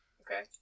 Okay